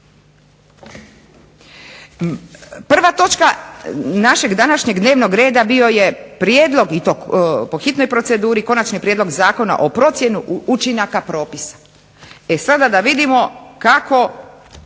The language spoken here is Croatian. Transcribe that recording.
Prva točka našeg današnjeg dnevnog reda i to po hitnoj proceduri Konačni prijedlog zakona o procjeni učinaka propisa. E sada da vidimo kako